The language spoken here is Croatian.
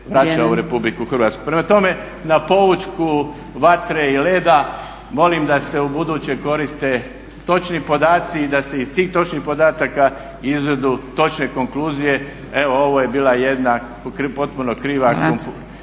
na poučku vatre i leda molim da se ubuduće koriste točni podaci i da se iz tih točnih podataka izvedu točne konkluzije. Evo ovo je bila jedna potpuno kriva konkluzija.